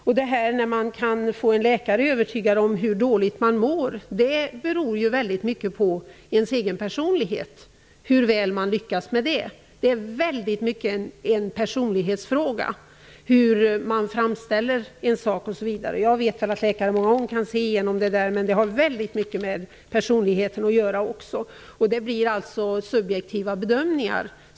Hur väl man kan lyckas med att få en läkare övertygad om att man mår dåligt är något som i mycket är beroende av ens egen personlighet. Det är i hög grad beroende av de personliga förutsättningarna att framställa den egna saken. Jag vet att läkare många gånger ändå kan se igenom detta och komma fram till riktiga bedömningar, men detta har ändå väldigt mycket att göra med personligheten. Det blir alltså subjektiva bedömningar.